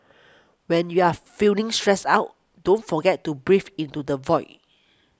when you are feeling stressed out don't forget to breathe into the void